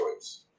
choice